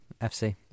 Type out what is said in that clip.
FC